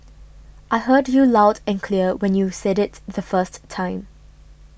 I heard you loud and clear when you said it the first time